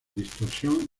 distorsión